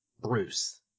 Bruce